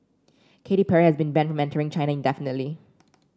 Katy Perry has been banned China indefinitely